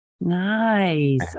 nice